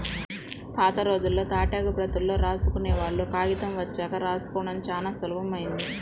పాతరోజుల్లో తాటాకు ప్రతుల్లో రాసుకునేవాళ్ళు, కాగితం వచ్చాక రాసుకోడం చానా సులభమైంది